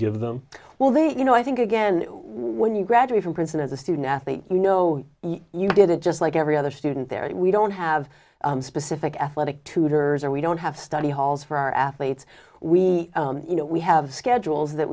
give them well they you know i think again when you graduate from princeton as a student athlete you know you did it just like every other student there we don't have specific a lot of tutors are we don't have study halls for our athletes we you know we have schedules that